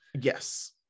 yes